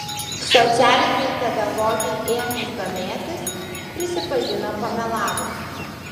socialinei pedagogei ėmus domėtis prisipažino pamelavusi